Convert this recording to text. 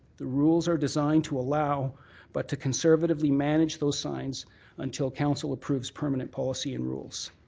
the rules are designed to allow but to conservatively manage those signs until council approves permanent policy and rules.